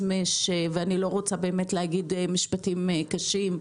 אני לא רוצה להגיד משפטים קשים.